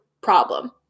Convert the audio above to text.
problem